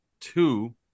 two